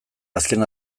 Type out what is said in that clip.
azken